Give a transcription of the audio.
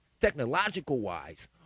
technological-wise